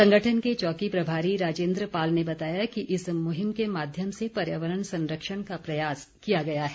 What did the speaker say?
संगठन के चौकी प्रभारी राजेन्द्र पाल ने बताया कि इस मुहिम के माध्यम से पर्यावरण संरक्षण का प्रयास किया गया है